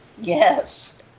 Yes